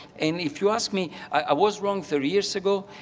and if you ask me, i was wrong thirty years ago.